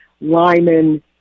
Lyman